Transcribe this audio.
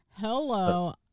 hello